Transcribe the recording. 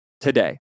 today